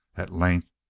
at length,